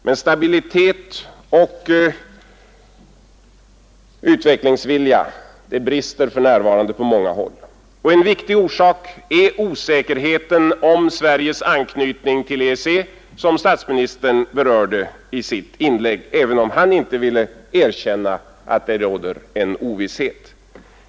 Men stabilitet och utvecklingsvilja brister för närvarande på många håll. En viktig orsak är osäkerheten om Sveriges anknytning till EEC, som statsministern berörde i sitt inlägg — även om han inte ville erkänna att det råder en ovisshet.